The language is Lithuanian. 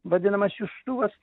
vadinamas siųstuvas